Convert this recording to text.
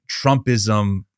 Trumpism